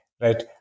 right